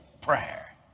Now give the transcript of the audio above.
prayer